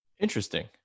Interesting